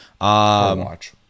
watch